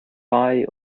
buy